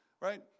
right